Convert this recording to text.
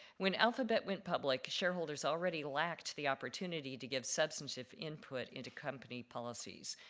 when alphabet went public, shareholders already lacked the opportunity to give substantive input into company policies.